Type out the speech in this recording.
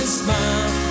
smile